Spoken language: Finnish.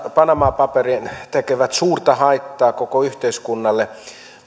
panama paperit tekevät suurta haittaa koko yhteiskunnalle